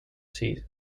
season